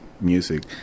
music